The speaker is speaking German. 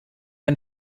ein